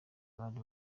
bari